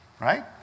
right